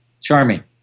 Charming